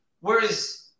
Whereas